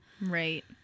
Right